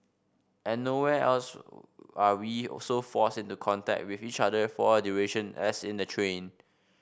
and nowhere else are we so forced into contact with each other for a duration as in the train